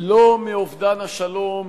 לא מאובדן השלום